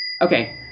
Okay